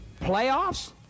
Playoffs